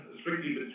strictly